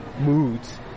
moods